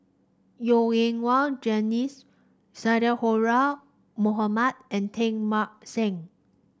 Yo En Wah Sadhora Mohamed and Teng Mah Seng